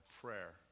prayer